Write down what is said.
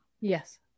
yes